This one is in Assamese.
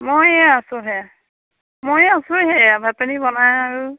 মই আছোঁহে ময়ে আছোঁ সেয়া ভাত পানী বনাই আৰু